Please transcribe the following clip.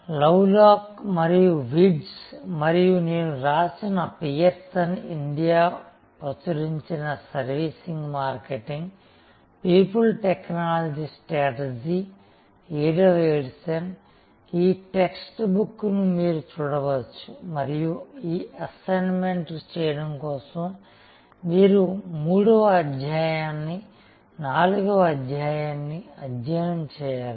love lock మరియు Wirtz మరియు నేను రాసిన పియర్సన్ ఇండియా ప్రచురించిన services marketing people technology strategy 7 వ ఎడిషన్ ఈ టెక్స్ట్ బుక్ను మీరు చూడవచ్చు మరియు ఈ అసైన్మెంట్ చేయడం కోసం మీరు 3 వ అధ్యాయాన్ని 4 వ అధ్యాయాన్ని అధ్యయనం చేయాలి